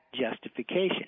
justification